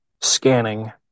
scanning